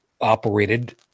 operated